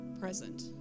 present